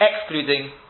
excluding